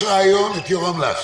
יש רעיון, להביא את יורם לס.